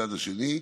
מהצד השני,